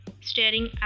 staring